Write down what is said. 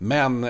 Men